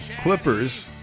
Clippers